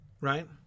right